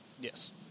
Yes